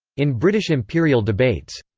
in british imperial debates